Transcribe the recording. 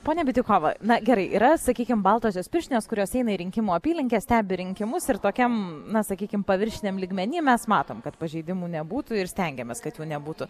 ponia bitiukovana na gerai yra sakykim baltosios pirštinės kurios eina į rinkimų apylinkes stebi rinkimus ir tokiam na sakykim paviršiniam lygmeny mes matom kad pažeidimų nebūtų ir stengiamės kad jų nebūtų